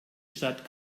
stadt